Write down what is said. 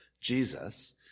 Jesus